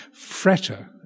fretter